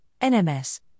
NMS